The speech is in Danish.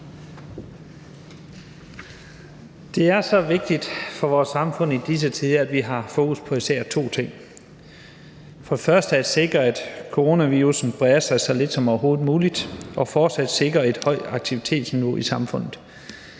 Det er så vigtigt for vores samfund i disse tider, at vi har fokus på især to ting – for det første at sikre, at coronavirussen breder sig så lidt som overhovedet muligt, og for det andet fortsat at sikre et højt aktivitetsniveau i samfundet.